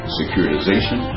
securitization